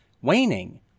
waning